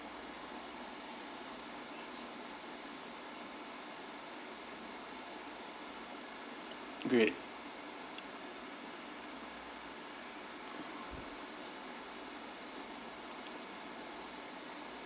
great